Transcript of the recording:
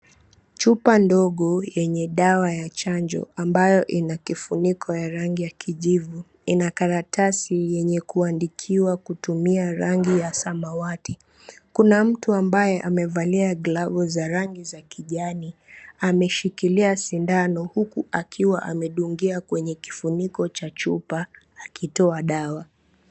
Chupa ndogo yenye dawa ya chanjo ambayo ina kifuniko ya rangi ya kijivu, ina karatasi yenye kuandikiwa kutumia rangi ya samawati. Kuna mtu ambaye amevalia glavu za rangi za kijani ameshikilia sindano, huku akiwa amedungia kwenye kifuniko cha chupa akitoa dawa.